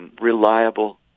reliable